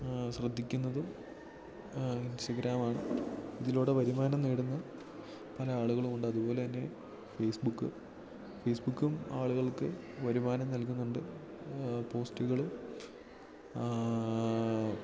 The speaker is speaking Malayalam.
ശ്രദ്ധിക്കുന്നതും ഇൻസ്റ്റാഗ്രാമാണ് ഇതിലൂടെ വരുമാനം നേടുന്ന പല ആളുകളുമുണ്ട് അതുപോലെതന്നെ ഫേസ്ബുക്ക് ഫേസ്ബുക്കും ആളുകൾക്ക് വരുമാനം നൽകുന്നുണ്ട് പോസ്റ്റുകൾ